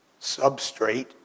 substrate